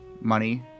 money